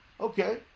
Okay